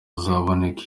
haboneka